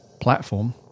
platform